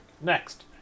Next